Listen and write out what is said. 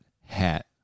hat